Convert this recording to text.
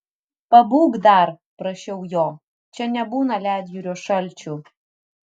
pabūk dar prašiau jo čia nebūna ledjūrio šalčių